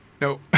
No